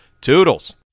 Toodles